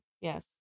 yes